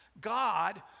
God